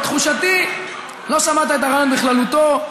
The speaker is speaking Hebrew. תחושתי היא שלא שמעת את הרעיון בכללותו.